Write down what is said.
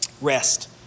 Rest